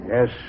Yes